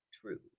true